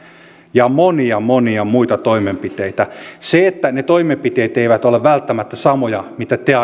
ja monia monia muita toimenpiteitä se että ne toimenpiteet eivät ole välttämättä samoja mitä te